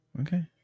Okay